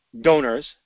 donors